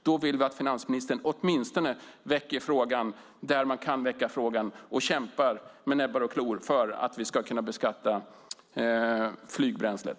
Då vill vi att finansministern åtminstone väcker frågan där man kan väcka den och kämpar med näbbar och klor för att vi ska kunna beskatta flygbränslet.